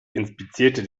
inspizierte